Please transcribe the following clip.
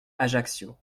ajaccio